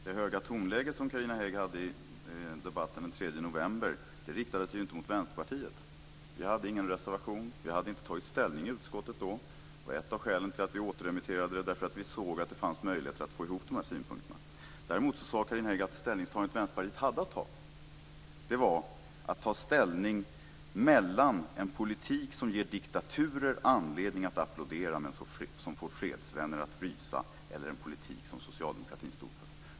Fru talman! Det höga tonläge som Carina Hägg hade i debatten den 3 november riktade sig inte mot Vänsterpartiet. Vänsterpartiet hade ingen reservation, och vi hade inte tagit ställning i utskottet då. Ett av skälen till att vi återremitterade ärendet var att vi såg att det fanns möjligheter att få ihop synpunkterna. Däremot sade Carina Hägg att det ställningstagande som Vänsterpartiet hade att göra var att ta ställning och välja mellan en politik som ger diktaturer anledning att applådera men som får fredsvänner att rysa, eller en politik som socialdemokratin stod för.